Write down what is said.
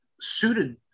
suited